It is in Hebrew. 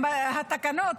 של בתי הספר,